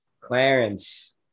Clarence